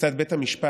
כיצד בית המשפט,